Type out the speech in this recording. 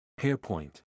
Hairpoint